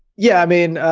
yeah. i mean,